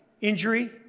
injury